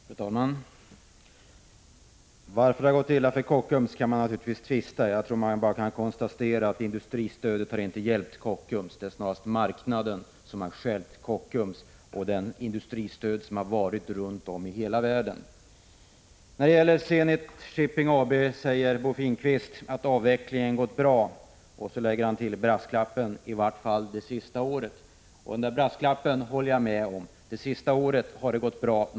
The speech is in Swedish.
Fru talman! Varför det har gått illa för Kockums kan man naturligtvis tvista om. Jag bara konstaterar att industristödet inte har hjälpt. Det är snarare marknaden som har stjälpt Kockums och det industristöd som har givits runt om i hela världen. Avvecklingen av Zenit Shipping AB har gått bra, säger Bo Finnkvist, och så lägger han till brasklappen: i vart fall det senaste året. Ja, det senaste året har det gått bra.